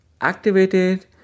activated